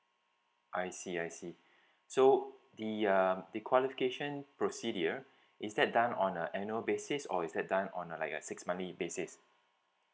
I see I see so the um the qualification procedure is that done on a annual basis or is that done on a like a six monthly basis